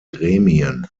gremien